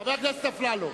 חבר הכנסת אפללו,